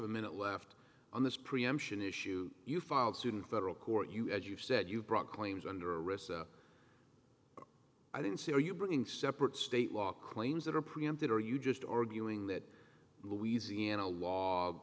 a minute left on this preemption issue you filed suit in federal court you as you said you brought claims under a risk i don't see are you bringing separate state law claims that are preempted or are you just arguing that louisiana l